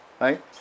right